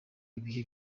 ibihe